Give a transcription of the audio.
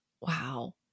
Wow